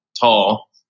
tall